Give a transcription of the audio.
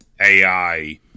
AI